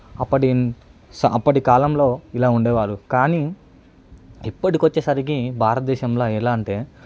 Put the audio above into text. అప్పటి అప్పటి కాలంలో ఇలా ఉండేవారు కానీ ఇప్పటికి వచ్చేసరికి భారతదేశంలో ఎలా అంటే